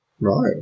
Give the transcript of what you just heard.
Right